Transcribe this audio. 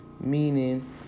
meaning